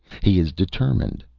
he is determined.